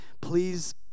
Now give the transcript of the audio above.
please